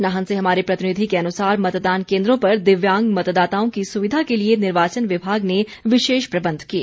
नाहन से हमारे प्रतिनिधि के अनुसार मतदान केन्द्रों पर दिव्यांग मतदाताओं की सुविधा के लिए निर्वाचन विभाग ने विशेष प्रबंध किए